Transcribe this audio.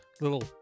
Little